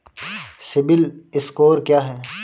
CIBIL score क्या है?